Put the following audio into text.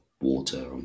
water